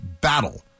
battle